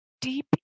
Deep